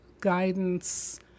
guidance